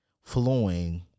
flowing